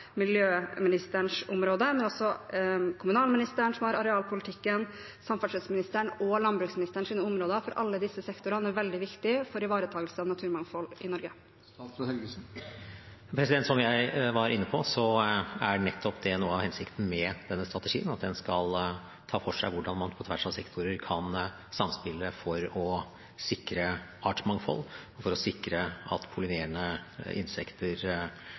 miljøministerens område, men også kommunalministerens, som har arealpolitikken, samferdselsministerens og landbruksministerens områder, for alle disse sektorene er viktige for å ivareta naturmangfold i Norge? Som jeg var inne på, er nettopp noe av hensikten med denne strategien at den skal ta for seg hvordan man på tvers av sektorer kan samspille for å sikre artsmangfold, for å sikre at